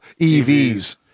EVs